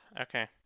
Okay